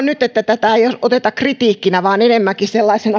nyt että tätä ei oteta kritiikkinä vaan enemmänkin